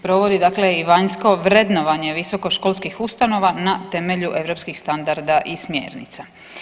Provodi dakle i vanjsko vrednovanje visokoškolskih ustanova na temelju europskih standarda i smjernica.